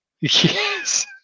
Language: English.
Yes